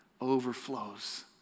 overflows